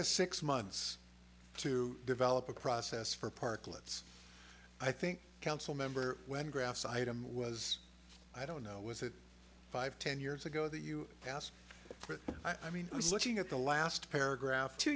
us six months to develop a process for park let's i think council member when grass item was i don't know was it five ten years ago that you asked for it i mean i was looking at the last paragraph two